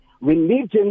Religion